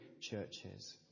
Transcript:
churches